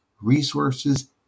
resources